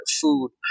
food